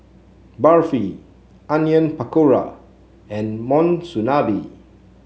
Barfi Onion Pakora and Monsunabe